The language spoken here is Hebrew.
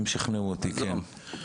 הם שכנעו אותי, כן.